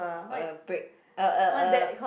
a break a a a